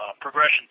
progression